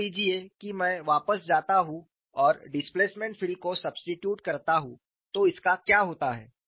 मान लीजिए कि मैं वापस जाता हूं और डिस्प्लेसमेंट फील्ड को सब्स्टिट्यूट करता हूं तो इसका क्या होता है